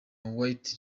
white